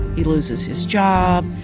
he loses his job,